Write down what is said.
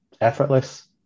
effortless